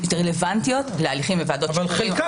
רלוונטיות להליכים בוועדות שחרורים --- אבל חלקן כן.